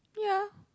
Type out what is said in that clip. yeah